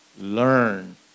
Learn